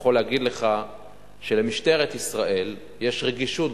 אני יכול להגיד לך שלמשטרת ישראל יש רגישות